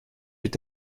est